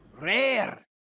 Rare